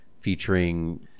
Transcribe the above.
featuring